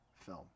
film